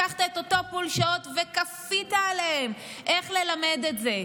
לקחת את אותו פול שעות וכפית עליהם איך ללמד את זה.